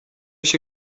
się